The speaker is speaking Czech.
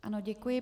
Ano, děkuji.